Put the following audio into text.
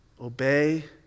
Obey